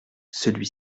celui